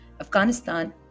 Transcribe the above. Afghanistan